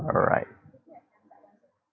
right